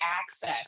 access